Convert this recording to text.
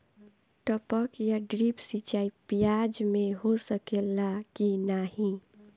टपक या ड्रिप सिंचाई प्याज में हो सकेला की नाही?